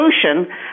solution